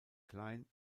klein